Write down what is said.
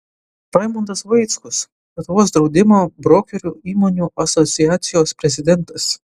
raimundas vaickus lietuvos draudimo brokerių įmonių asociacijos prezidentas